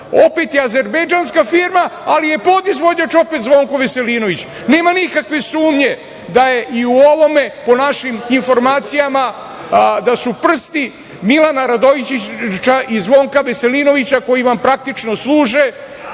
opet je azerbejdžanska firma, ali je podizvođač opet Zvonko Veselinović, nema nikakve sumnje da su i u ovome, po našim informacijama, prsti Milana Radojičića i Zvonka Veselinovića, koji vam praktično služe